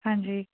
ਹਾਂਜੀ